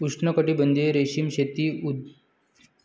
उष्णकटिबंधीय रेशीम शेती संशोधन म्हैसूर, भारत येथे आहे